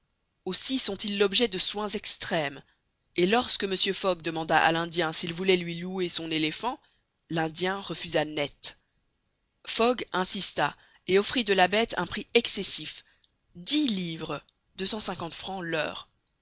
aussi sont-ils l'objet de soins extrêmes et lorsque mr fogg demanda à l'indien s'il voulait lui louer son éléphant l'indien refusa net fogg insista et offrit de la bête un prix excessif dix livres l'heure